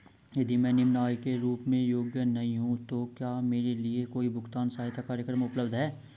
यदि मैं निम्न आय के रूप में योग्य नहीं हूँ तो क्या मेरे लिए कोई भुगतान सहायता कार्यक्रम उपलब्ध है?